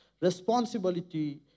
responsibility